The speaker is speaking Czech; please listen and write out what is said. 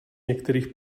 některých